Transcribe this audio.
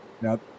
Now